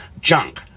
junk